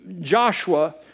Joshua